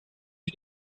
für